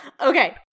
Okay